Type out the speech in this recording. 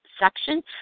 section